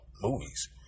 movies